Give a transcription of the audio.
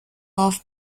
off